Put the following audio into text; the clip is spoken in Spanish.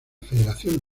federación